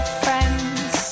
friends